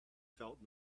felt